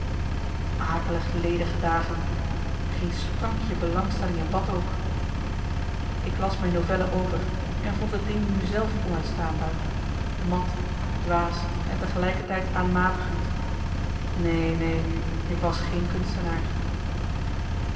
akelig ledige dagen geen sprankje belangstelling in wat ook ik las mijn novelle over en vond het ding nu zelf onuitstaanbaar mat dwaas en tegelijkertijd aanmatigend neen neen ik was geen kunstenaar